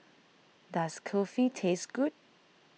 does Kulfi taste good